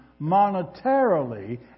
monetarily